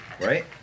Right